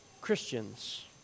Christians